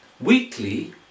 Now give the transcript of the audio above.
weekly